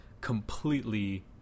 completely